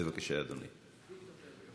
בבקשה, אדוני.